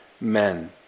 men